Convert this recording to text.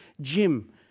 Jim